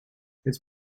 its